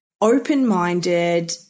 open-minded